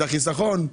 החיסכון.